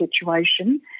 situation